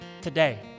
Today